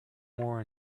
more